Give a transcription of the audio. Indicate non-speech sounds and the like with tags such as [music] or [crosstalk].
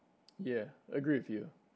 [noise] yeah agree with you